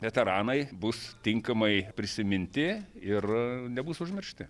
veteranai bus tinkamai prisiminti ir nebus užmiršti